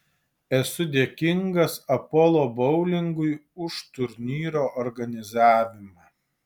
esu dėkingas apollo boulingui už turnyro organizavimą